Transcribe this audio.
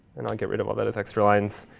and i'll get rid of all those extra lines.